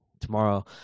tomorrow